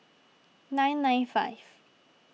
nine nine five